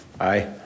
Aye